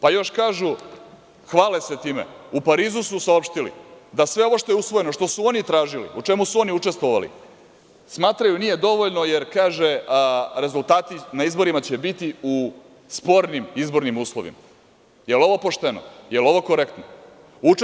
Pa još kažu, hvale se time – u Parizu su saopštili da sve ovo što je usvojeno, što su oni tražili, u čemu su oni učestvovali, smatraju nije dovoljno, jer kaže – rezultati na izborima će biti u spornim izbornim uslovima.